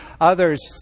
others